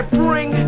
bring